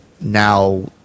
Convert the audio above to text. now